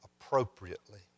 appropriately